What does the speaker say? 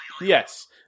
yes